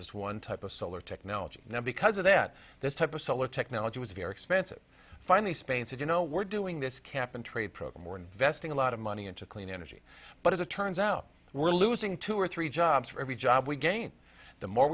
this one type of solar technology now because of that this type of solar technology was very expensive finally spain said you know we're doing this cap and trade program we're investing a lot of money into clean energy but as it turns out we're losing two or three jobs for every job we gain the more